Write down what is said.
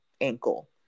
ankle